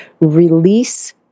release